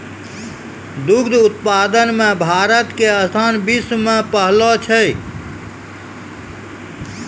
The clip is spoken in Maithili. दुग्ध उत्पादन मॅ भारत के स्थान विश्व मॅ पहलो छै